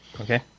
Okay